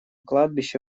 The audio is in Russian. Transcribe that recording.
кладбище